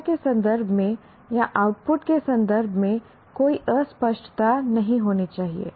भाषा के संदर्भ में या आउटपुट के संदर्भ में कोई अस्पष्टता नहीं होनी चाहिए